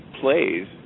plays